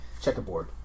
Checkerboard